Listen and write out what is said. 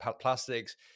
Plastics